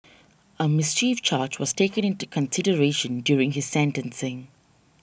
a mischief charge was taken into consideration during his sentencing